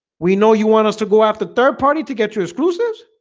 we know you want us to go after third-party to get your exclusives